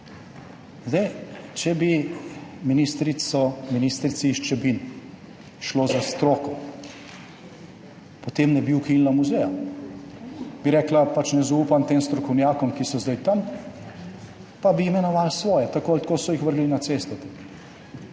Če bi ministrici iz Čebin šlo za stroko, potem ne bi ukinila muzeja, bi rekla, pač ne zaupam tem strokovnjakom, ki so zdaj tam, pa bi imenovali svoje. Tako ali tako so jih vrgli na cesto.